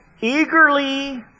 Eagerly